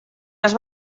las